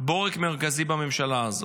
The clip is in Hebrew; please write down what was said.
בורג מרכזי בממשלה הזאת.